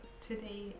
Today